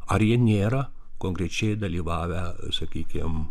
ar jie nėra konkrečiai dalyvavę sakykime